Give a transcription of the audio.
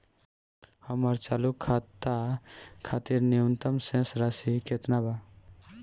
हमर चालू खाता खातिर न्यूनतम शेष राशि केतना बा?